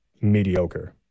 mediocre